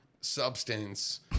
substance